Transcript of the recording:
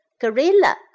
Gorilla